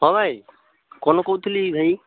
ହଁ ଭାଇ କ'ଣ କହୁଥିଲି ଭାଇ